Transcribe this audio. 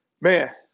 man